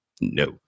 No